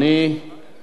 כבוד השר.